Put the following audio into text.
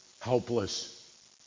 helpless